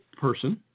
person